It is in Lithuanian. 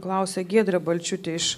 klausė giedrė balčiūtė iš